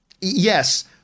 yes